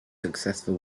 successful